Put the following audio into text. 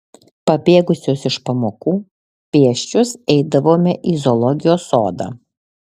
pabėgusios iš pamokų pėsčios eidavome į zoologijos sodą